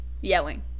yelling